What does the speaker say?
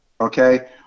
okay